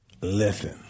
Listen